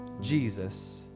Jesus